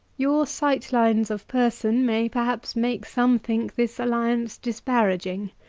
your sightlines of person may perhaps make some think this alliance disparaging.